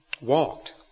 walked